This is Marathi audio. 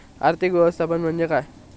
आर्थिक व्यवस्थापन म्हणजे काय असा?